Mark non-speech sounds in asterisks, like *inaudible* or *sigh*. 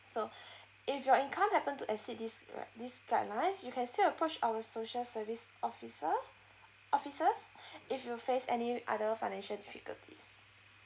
so *breath* if your income happen to exceed this right this guidelines you can still approach our social service officer officers *breath* if you face any other financial difficulties